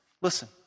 Listen